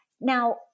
Now